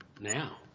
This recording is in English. Now